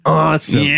awesome